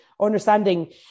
understanding